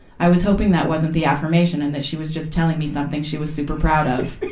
i was hoping that wasn't the affirmation and that she was just telling me something she was super proud of.